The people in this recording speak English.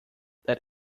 that